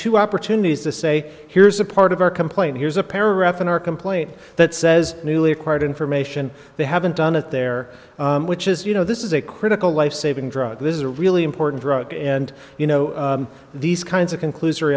two opportunities to say here's a part of our complaint here's a paragraph in our complaint that says newly acquired information they haven't done it there which is you know this is a critical lifesaving drugs this is a really important drug and you know these kinds of conclus